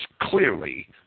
clearly